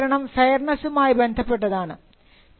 അടുത്ത നീതീകരണം ഫെയർനെസുമായി ബന്ധപ്പെട്ടതാണ്